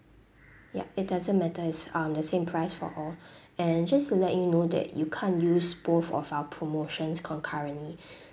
yup it doesn't matter it's um the same price for all and just to let you know that you can't use both of our promotions concurrently